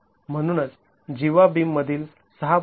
म्हणूनच जीवा बीम मधील ६